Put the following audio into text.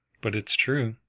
but it's true.